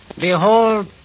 Behold